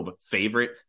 favorite